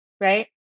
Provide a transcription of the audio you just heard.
right